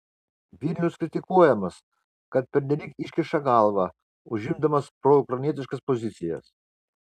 vilnius kritikuojamas kad pernelyg iškiša galvą užimdamas proukrainietiškas pozicijas